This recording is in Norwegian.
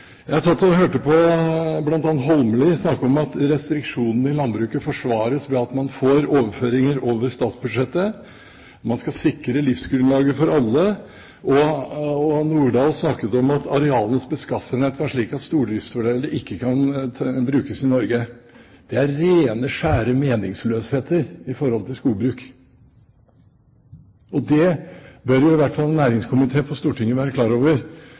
statsbudsjettet. Man skal sikre livsgrunnlaget for alle. Og representanten Nordahl snakket om at arealenes beskaffenhet er slik at stordriftsfordelene ikke kan brukes i Norge. Det er rene, skjære meningsløsheter i forhold til skogbruk. Næringskomiteen på Stortinget bør i hvert fall være klar over